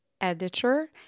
editor